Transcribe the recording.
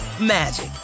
magic